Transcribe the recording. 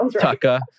Tucker